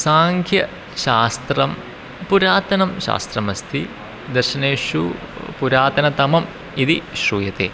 साङ्ख्यशास्त्रं पुरातनं शास्त्रमस्ति दर्शनेषु पुरातनतमम् इति श्रूयते